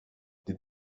did